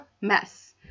mess